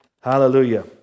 Hallelujah